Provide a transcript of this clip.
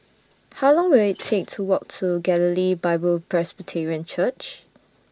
How Long Will IT Take to Walk to Galilee Bible Presbyterian Church